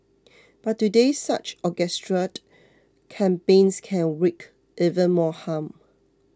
but today such orchestrated campaigns can wreak even more harm